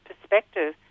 perspective